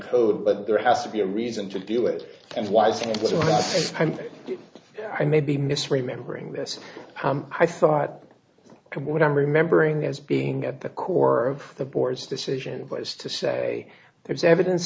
code but there has to be a reason to do it and why is it so i may be misremembering this i thought what i'm remembering as being at the core of the board's decision was to say there's evidence